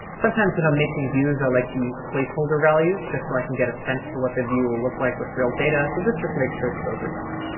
sometimes when i'm making views i like to use placeholder values just so i can get a sense for what the view will look like with real data. so this just makes sure that those are gone.